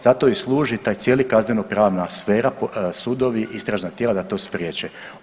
Zato i služi taj cijela kazneno pravna sfera sudovi, istražna tijela da to spriječe.